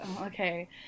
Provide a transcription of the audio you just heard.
Okay